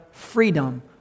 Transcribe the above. Freedom